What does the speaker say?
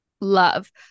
love